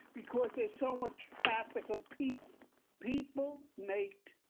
because there's so much traffic of people people make.